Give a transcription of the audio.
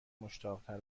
مشتاقتر